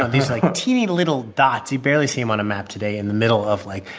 ah these, like, teeny little dots. you barely see them on a map today in the middle of, like,